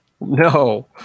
no